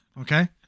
Okay